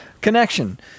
Connection